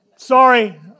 Sorry